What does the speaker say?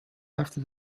after